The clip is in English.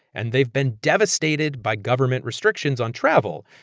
and they've been devastated by government restrictions on travel.